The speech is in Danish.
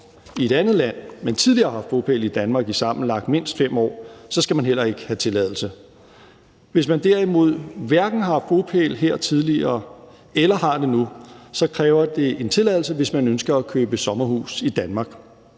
i et andet land, men tidligere har haft bopæl i Danmark i sammenlagt mindst 5 år, skal man heller ikke have tilladelse. Hvis man derimod hverken har haft bopæl her tidligere eller har det nu, kræver det en tilladelse, hvis man ønsker at købe sommerhus i Danmark.